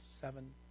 seven